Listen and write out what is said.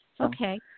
Okay